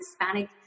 Hispanic